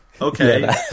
Okay